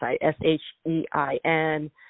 S-H-E-I-N